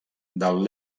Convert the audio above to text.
del